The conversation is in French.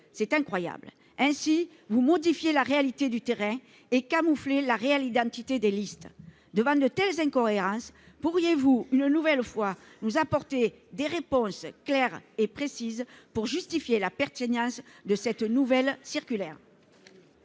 C'est incroyable ! Ainsi, vous modifiez la réalité du terrain et camouflez la réelle identité des listes. Devant de telles incohérences, pourriez-vous, cette fois, nous apporter des réponses claires et précises pour justifier la pertinence de cette nouvelle circulaire ?